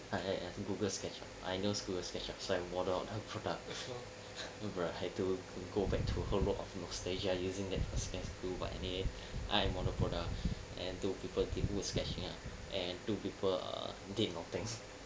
ah ya ya Google SketchUp I know Google SketchUp so I modelled on the product I had to go back to a whole load of nostalgia using that to do but anyway I'm on the product and two people giving me the sketching and two people did nothing